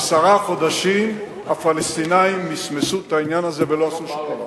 עשרה חודשים הפלסטינים מסמסו את העניין הזה ולא עשו שום דבר.